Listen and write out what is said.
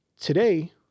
today